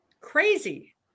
Crazy